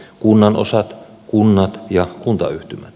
kunnanosat kunnat ja kuntayhtymät